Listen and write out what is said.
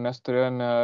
mes turėjome